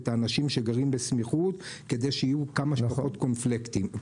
את האנשים שגרים בסמיכות כדי שיהיו כמה שפחות קונפליקטים.